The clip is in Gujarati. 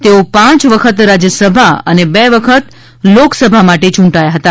તેઓ પાંચ વખત રાજ્યસભા અને બે વખત લોકસભા માટે ચૂંટાયા હતા